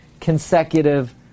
consecutive